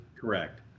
correct